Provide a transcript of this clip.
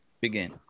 begin